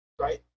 right